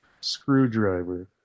screwdriver